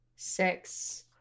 Six